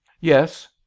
yes